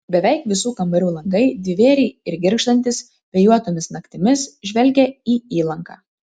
beveik visų kambarių langai dvivėriai ir girgždantys vėjuotomis naktimis žvelgia į įlanką